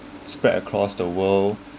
spread across the world